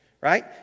right